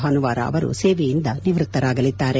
ಭಾನುವಾರ ಅವರು ಸೇವೆಯಿಂದ ನಿವೃತ್ತರಾಗಲಿದ್ದಾರೆ